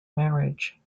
marriage